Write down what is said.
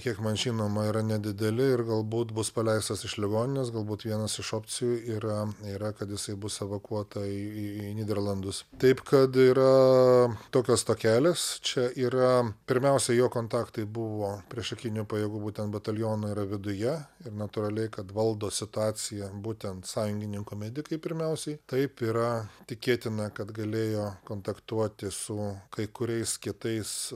kiek man žinoma yra nedideli ir galbūt bus paleistas iš ligoninės galbūt vienas iš opcijų yra yra kad jisai bus evakuota į į nyderlandus taip kad yra tokios tokelės čia yra pirmiausia jo kontaktai buvo priešakinių pajėgų būtent bataliono yra viduje ir natūraliai kad valdo situaciją būtent sąjungininkų medikai pirmiausiai taip yra tikėtina kad galėjo kontaktuoti su kai kuriais kitais